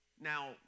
Now